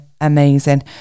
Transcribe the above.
amazing